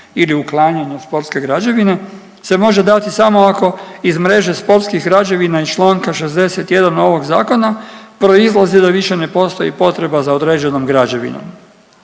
ili uklanjanje sportske građevine se može dati samo ako iz mreže sportskih građevina iz članka 61. ovog zakona proizlazi da više ne postoji potreba za određenom građevinom.